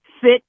fit